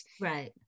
right